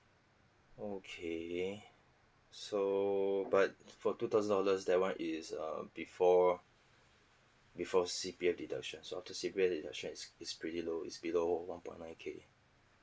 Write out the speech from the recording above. okay so but for two thousand dollars that one is err before before C_P_F deduction so after C_P_F deduction it's it's pretty low it's below one point nine K